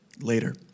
later